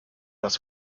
das